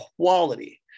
quality